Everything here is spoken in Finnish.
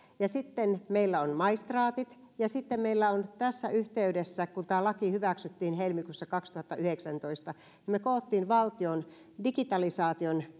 ja sitten meillä on maistraatit ja tässä yhteydessä kun tämä laki hyväksyttiin helmikuussa kaksituhattayhdeksäntoista me kokosimme valtion digitalisaation